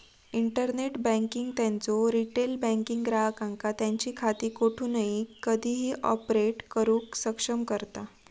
internet banking त्यांचो retail banking ग्राहकांका त्यांची खाती कोठूनही कधीही ऑपरेट करुक सक्षम करता